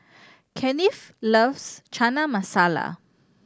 Kennith loves Chana Masala